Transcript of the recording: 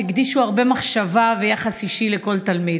הקדישו הרבה מחשבה ויחס אישי לכל תלמיד.